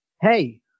Hey